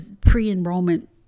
pre-enrollment